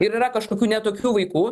ir yra kažkokių ne tokių vaikų